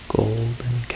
golden